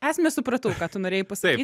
esmę supratau ką tu norėjai pasakyt